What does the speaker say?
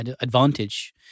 advantage